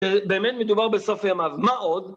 כשבאמת מדובר בסופי המוות, מה עוד?